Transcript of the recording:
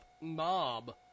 mob